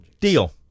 Deal